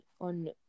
on